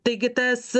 taigi tas